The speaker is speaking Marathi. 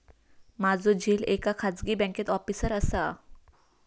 माझो झिल एका खाजगी बँकेत ऑफिसर असा